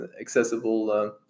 accessible